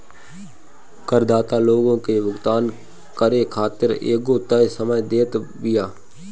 करदाता लोग के भुगतान करे खातिर एगो तय समय देत बिया